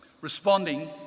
responding